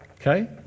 Okay